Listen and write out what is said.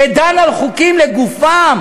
שדן בחוקים לגופם,